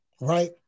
right